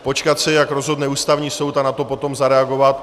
... počkat si, jak rozhodne Ústavní soud, a na to potom zareagovat.